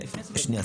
שנייה.